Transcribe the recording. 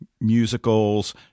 musicals